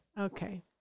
Okay